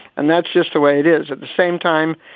and that's just the way it is. at the same time,